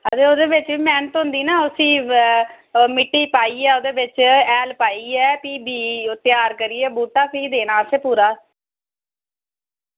ते ओह्दे बिच्च बी मेह्नत होंदी ना उसी ओह् मिट्टी पाइयै ओह्दे बिच्च हैल पाइयै फ्ही बीऽ ओह् त्यार करियै बूह्टा फ्ही देना असें पूरा